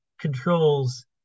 controls